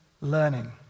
learning